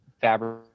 fabric